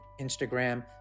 Instagram